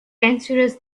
cancerous